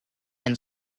and